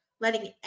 letting